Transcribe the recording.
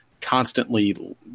constantly